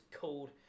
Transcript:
called